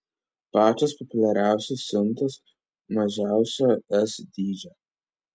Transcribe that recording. pačios populiariausios siuntos mažiausio s dydžio